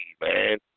man